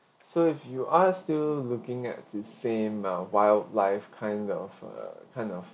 so if you are still looking at the same uh wildlife kind of uh kind of